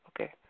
okay